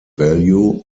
value